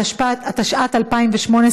התשע"ט 2018,